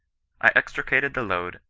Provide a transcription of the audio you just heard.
i extricated the load,